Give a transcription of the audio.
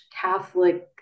Catholic